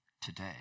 today